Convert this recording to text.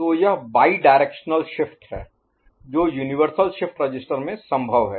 तो यह bidirectional Bidirectional द्विदिश शिफ्ट है जो यूनिवर्सल शिफ्ट रजिस्टर में संभव है